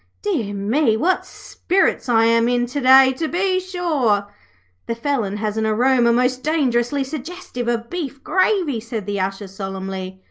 dear me, what spirits i am in to-day, to be sure the felon has an aroma most dangerously suggestive of beef gravy said the usher, solemnly.